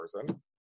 person